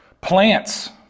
Plants